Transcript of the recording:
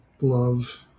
Love